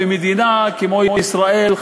ומדינה כמו ישראל,